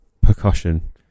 percussion